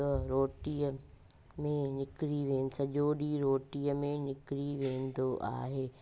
त रोटीअ में निकिरी वे सॼो ॾींहुं रोटीअ में निकिरी वेंदो आहे